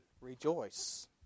rejoice